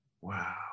Wow